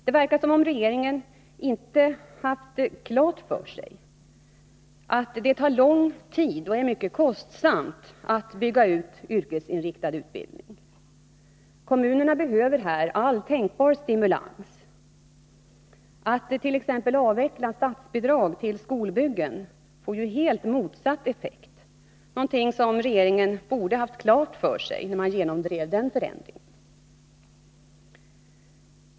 Det verkar som om regeringen inte har haft klart för sig att det tar lång tid och är mycket kostsamt att bygga ut yrkesinriktad utbildning. Kommunerna behöver all tänkbar stimulans i detta arbete. Att t.ex. avveckla statsbidrag till skolbyggen får ju helt motsatt effekt, något som regeringen borde ha haft klart för sig när man genomdrev denna förändring.